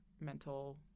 mental